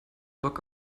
bock